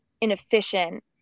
inefficient